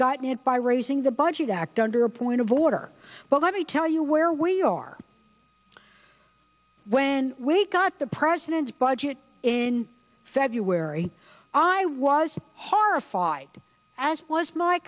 gotten it by raising the budget act under a point of order but let me tell you where we are when we got the president's budget in february i was hard fied as was my